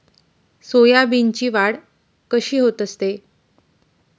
सोयाबीनची वाढ कशी होत असते?